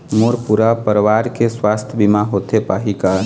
मोर पूरा परवार के सुवास्थ बीमा होथे पाही का?